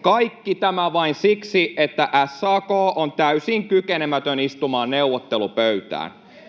Kaikki tämä vain siksi, että SAK on täysin kykenemätön istumaan neuvottelupöytään.